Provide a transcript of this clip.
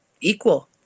equal